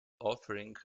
offering